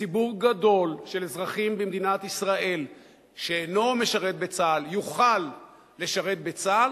שציבור גדול של אזרחים במדינת ישראל שאינו משרת בצה"ל יוכל לשרת בצה"ל,